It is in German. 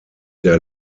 der